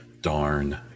darn